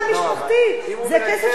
זה כסף שמגיע למשפחה,